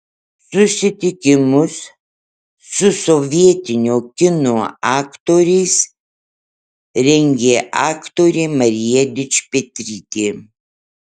susitikimus su sovietinio kino aktoriais rengė aktorė marija dičpetrytė